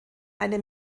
eine